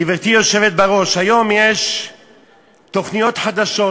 גברתי היושבת בראש, היום יש תוכניות חדשות,